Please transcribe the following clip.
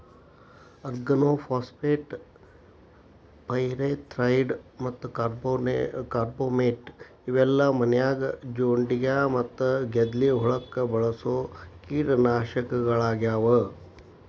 organophosphate, pyrethroid ಮತ್ತ carbamate ಇವೆಲ್ಲ ಮನ್ಯಾಗ ಜೊಂಡಿಗ್ಯಾ ಮತ್ತ ಗೆದ್ಲಿ ಹುಳಕ್ಕ ಬಳಸೋ ಕೇಟನಾಶಕಗಳಾಗ್ಯಾವ